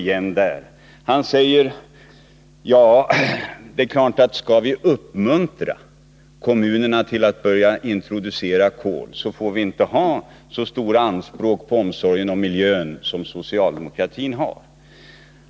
Per Unckel säger att om vi skall uppmuntra kommunerna till att börja introducera kol, så får vi inte ha så stora anspråk på omsorgen om miljön som socialdemokraterna har.